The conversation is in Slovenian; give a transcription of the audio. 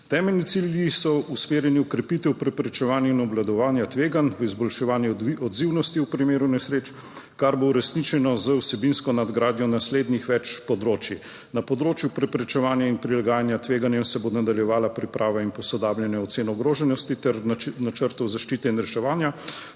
Temeljni cilji so usmerjeni v krepitev, preprečevanje in obvladovanje tveganj, v izboljševanje odzivnosti v primeru nesreč, kar bo uresničeno z vsebinsko nadgradnjo naslednjih več področij. Na področju preprečevanja in prilagajanja tveganjem se bo nadaljevala priprava in posodabljanje ocen ogroženosti ter načrtov zaščite in reševanja,